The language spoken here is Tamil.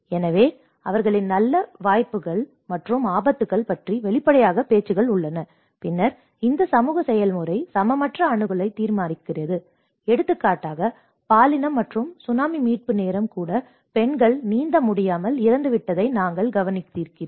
எனவே அவர்களின் நல்ல வாய்ப்புகள் மற்றும் ஆபத்துகள் பற்றி வெளிப்படையாக பேச்சுக்கள் உள்ளன பின்னர் இந்த சமூக செயல்முறை சமமற்ற அணுகலை தீர்மானிக்கிறது எடுத்துக்காட்டாக பாலினம் மற்றும் சுனாமி மீட்பு நேரம் கூட பெண்கள் நீந்த முடியாமல் இறந்துவிட்டதை நீங்கள் கவனித்திருக்கிறீர்கள்